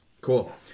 Cool